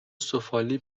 سفالی